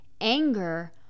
anger